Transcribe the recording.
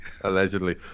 Allegedly